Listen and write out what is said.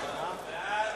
נמנע?